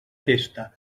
testa